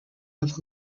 other